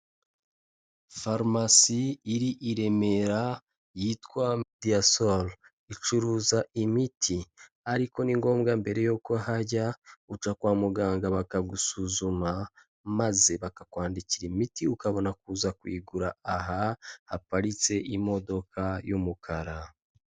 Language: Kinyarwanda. Farumasi iri i Remera yitwa Diasol. Icuruza imiti. Ariko ni ngombwa mbere yuko uhajya, uca kwa muganga bakagusuzuma maze bakakwandikira imiti ukabona kuza kuyigura aha, haparitse imodoka y'umukara.